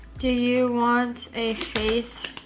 do you want a face